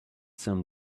some